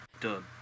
done